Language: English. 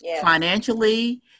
Financially